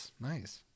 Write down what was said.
Nice